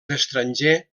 estranger